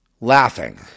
Laughing